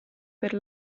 per